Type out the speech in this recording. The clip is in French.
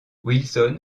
wilson